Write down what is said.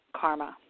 karma